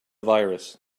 virus